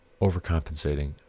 overcompensating